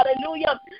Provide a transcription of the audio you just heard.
hallelujah